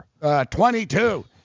22